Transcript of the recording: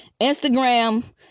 Instagram